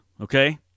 okay